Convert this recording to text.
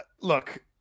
Look